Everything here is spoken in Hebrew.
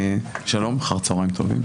שלום לכולם, ואחר הצהריים טובים.